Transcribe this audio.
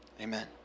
Amen